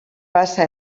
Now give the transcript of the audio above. passa